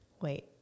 Wait